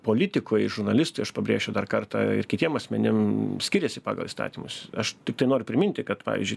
politikui žurnalistui aš pabrėšiu dar kartą ir kitiem asmenim skiriasi pagal įstatymus aš tiktai noriu priminti kad pavyzdžiui